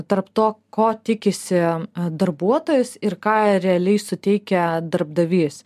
tarp to ko tikisi darbuotojas ir ką realiai suteikia darbdavys